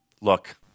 Look